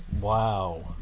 Wow